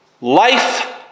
Life